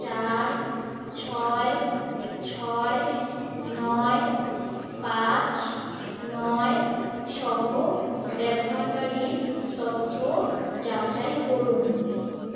চার ছয় ছয় নয় পাঁচ নয় সহ ব্যবহারকারীর তথ্য যাচাই করুন